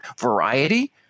variety